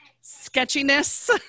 sketchiness